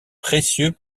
précieux